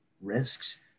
risks